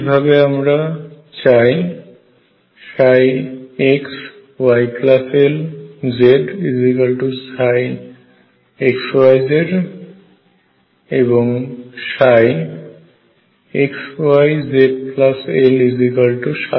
একই ভাবে আমরা চাই xyLzxyz এবং xyzLxyz